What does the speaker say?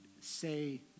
say